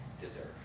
deserve